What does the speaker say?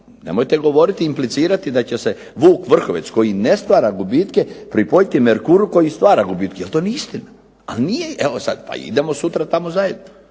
nemojte govoriti i implicirati da će se "Vuk Vrhovec" koji ne stvara gubitke pripojiti "Merkuru" koji stvara gubitke jer to nije istina. Evo sad, pa idemo sutra tamo zajedno.